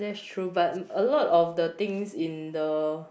true but a lot of the things in the